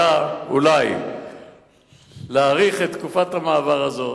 אולי להאריך את תקופת המעבר הזו,